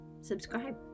subscribe